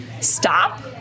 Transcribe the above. stop